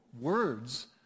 words